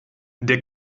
der